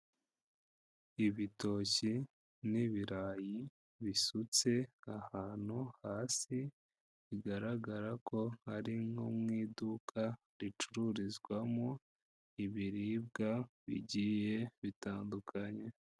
Ibitoki n'ibirayi bisutse ahantu hasi bigaragara ko hari nko mu iduka ricururizwamo ibiribwa bigiye bitandukanye.